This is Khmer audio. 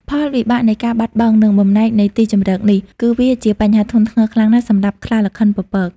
ផលវិបាកនៃការបាត់បង់ និងបំណែកនៃទីជម្រកនេះ គឺវាជាបញ្ហាធ្ងន់ធ្ងរខ្លាំងណាស់សម្រាប់ខ្លារខិនពពក។